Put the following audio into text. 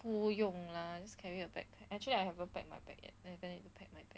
不用 lah just carry a bag actually I haven't pack my bag yet and then pack my bag